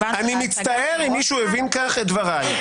אני מצטער אם מישהו הבין כך את דבריי.